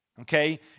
Okay